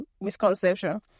misconception